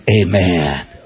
Amen